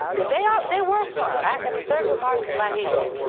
and they um they were smart. i mean thurgood marshall's my hero.